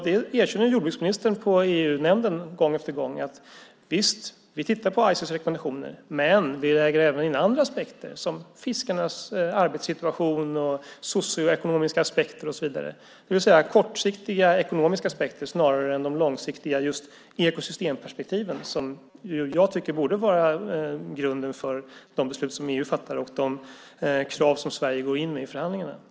Det erkänner jordbruksministern i EU-nämnden gång efter gång och säger: Visst tittar vi på Ices rekommendationer, men vi lägger även in andra aspekter såsom fiskarnas arbetssituation, socioekonomiska aspekter, det vill säga kortsiktiga ekonomiska aspekter snarare än de långsiktiga ekosystemperspektiven, som ju jag tycker borde vara grunden för de beslut som EU fattar och de krav som Sverige går in med i förhandlingarna.